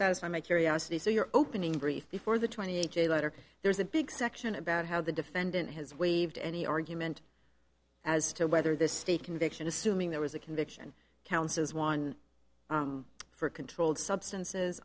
satisfy my curiosity so you're opening brief before the twenty a j letter there's a big section about how the defendant has waived any argument as to whether the state conviction assuming there was a conviction counts as one for controlled substances